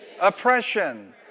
oppression